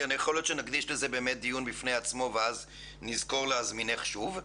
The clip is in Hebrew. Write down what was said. יכול להיות שנקדיש לזה דיון בפני עצמו ואז נזכור להזמינך שוב.